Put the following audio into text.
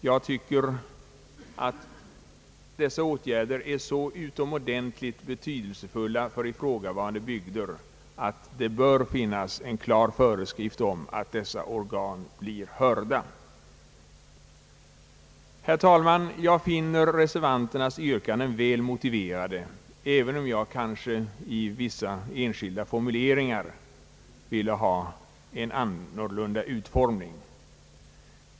Jag tycker att en järnvägsnedläggning är en så utomordentligt betydelsefull fråga för en bygd att det bör finnas en klar föreskrift om att ifrågavarande organ skall höras. Herr talman! Jag finner reservanternas yrkanden väl motiverade, även om jag kanske i vissa enskilda formuleringar velat ha en något annorlunda utformning.